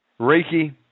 Reiki